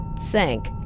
sank